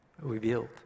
revealed